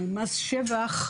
מס שבח,